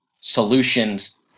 solutions